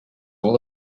all